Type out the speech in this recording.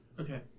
Okay